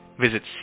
Visit